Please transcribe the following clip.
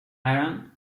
iran